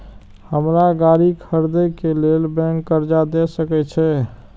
हमरा गाड़ी खरदे के लेल बैंक कर्जा देय सके छे?